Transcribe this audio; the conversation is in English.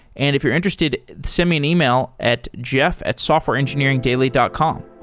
and if you're interested, send me an email at jeff at softwareengineeringdaily dot com.